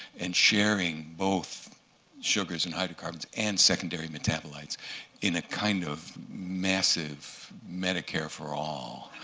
and sharing both sugars and hydrocarbons and secondary metabolites in a kind of massive medicare for all